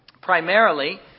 Primarily